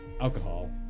alcohol